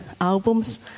albums